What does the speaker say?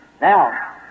Now